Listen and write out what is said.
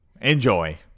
Enjoy